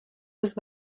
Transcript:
was